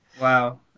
Wow